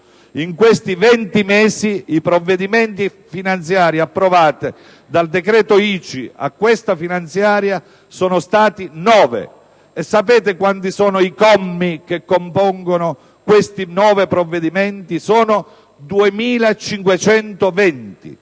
In questi 20 mesi, i provvedimenti finanziari approvati, dal decreto ICI a questa finanziaria, sono stati nove. Sapete quanti sono i commi che compongono questi nove provvedimenti? Sono 2.520.